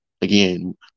Again